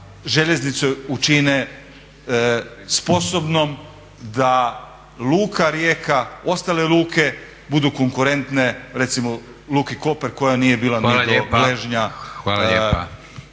željeznicu učine sposobnom, da Luka Rijeka i ostale luke budu konkurentne recimo Luki Koper koja nije bila ni do gležnja hrvatskim